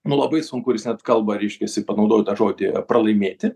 nu labai sunku ir jis net kalba reiškiasi panaudoju tą žodį pralaimėti